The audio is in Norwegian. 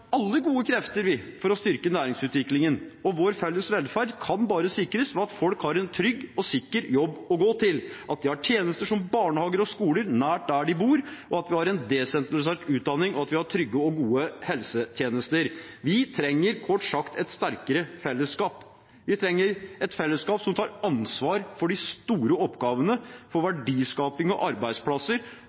alle gode krefter for å styrke næringsutviklingen, og vår felles velferd kan bare sikres ved at folk har en trygg og sikker jobb å gå til, at de har tjenester som barnehager og skoler i nærheten av der de bor, at vi har en desentralisert utdanning, og at vi har trygge og gode helsetjenester. Vi trenger kort sagt et sterkere fellesskap. Vi trenger et fellesskap som tar ansvar for de store oppgavene, for verdiskaping og arbeidsplasser,